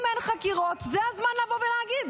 אם אין חקירות, זה הזמן לבוא ולהגיד.